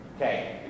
Okay